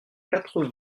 quatre